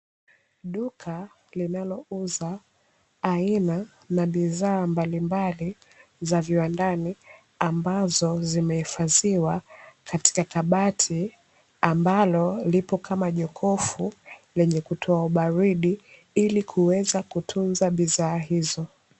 Duka linalo uza aina na bidhaa mbalimbali za viwandani, ambazo zimehifadhiwa katika kabati ambalo lipo kama jokofu lenye kutoa ubaridi, ili kuweza kutunza bidhaa hizo.